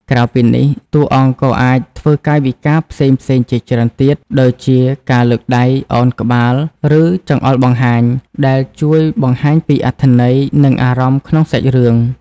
ក្រៅពីនេះ តួអង្គក៏អាចធ្វើកាយវិការផ្សេងៗជាច្រើនទៀត ដូចជាការលើកដៃ ឱនក្បាល ឬចង្អុលបង្ហាញ ដែលជួយបង្ហាញពីអត្ថន័យ និងអារម្មណ៍ក្នុងសាច់រឿង។